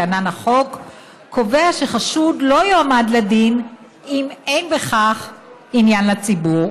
קובע שחשוד לא יועמד לדין אם אין בכך עניין לציבור.